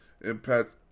Impact